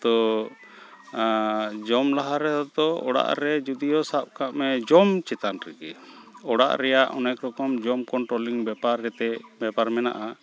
ᱛᱳ ᱡᱚᱢ ᱞᱟᱦᱟᱨᱮ ᱦᱚᱭᱛᱚ ᱚᱲᱟᱜᱨᱮ ᱡᱚᱫᱤᱭᱳ ᱥᱟᱵᱠᱟᱜ ᱢᱮ ᱡᱚᱢ ᱪᱮᱛᱟᱱ ᱨᱮᱜᱮ ᱚᱲᱟᱜ ᱨᱮᱭᱟᱜ ᱚᱱᱮᱠ ᱨᱚᱠᱚᱢ ᱡᱚᱢ ᱠᱚᱱᱴᱨᱳᱞᱤᱝ ᱵᱮᱯᱟᱨ ᱮᱛᱮᱫ ᱵᱮᱯᱟᱨ ᱢᱮᱱᱟᱜᱼᱟ